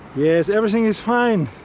yes, everything is fine.